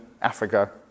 Africa